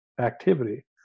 activity